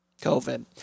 COVID